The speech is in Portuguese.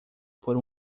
por